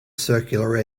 circular